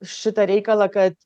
šitą reikalą kad